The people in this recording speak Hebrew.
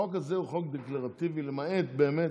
החוק הזה הוא חוק דקלרטיבי, למעט, באמת,